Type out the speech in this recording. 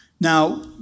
Now